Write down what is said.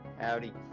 howdy